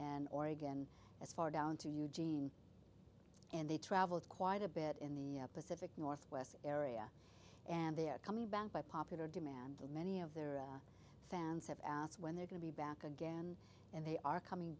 and oregon as far down to eugene and they traveled quite a bit in the pacific northwest area and they're coming back by popular demand many of their fans have asked when they're going to be back again and they are coming